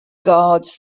guards